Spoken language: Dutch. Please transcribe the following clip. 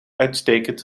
uitstekend